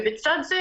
בצד זה,